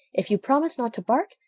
if you promise not to bark,